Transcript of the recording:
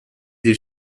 des